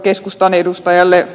keskustan edustajalle